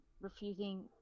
refusing